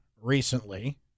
recently